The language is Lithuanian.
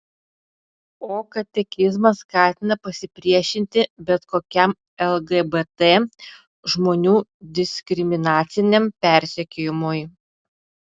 o katekizmas skatina pasipriešinti bet kokiam lgbt žmonių diskriminaciniam persekiojimui